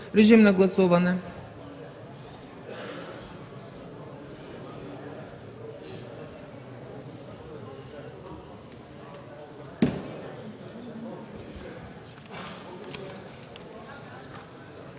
Режим на гласуване